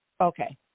Okay